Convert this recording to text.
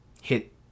hit